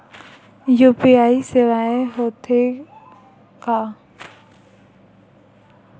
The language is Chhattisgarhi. यू.पी.आई सेवाएं हो थे का?